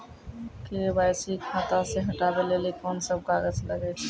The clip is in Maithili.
के.वाई.सी खाता से हटाबै लेली कोंन सब कागज लगे छै?